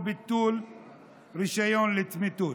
או ביטול רישיון לצמיתות.